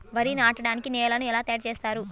వరి నాటడానికి నేలను ఎలా తయారు చేస్తారు?